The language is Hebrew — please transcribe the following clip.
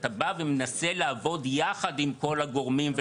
כי אתה בא ומנסה לעבוד יחד עם כל הגורמים.